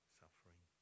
suffering